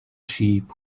sheep